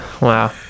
Wow